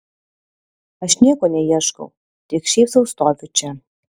aš nieko neieškau tik šiaip sau stoviu čia